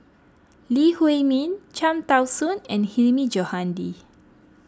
Lee Huei Min Cham Tao Soon and Hilmi Johandi